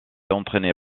entraînée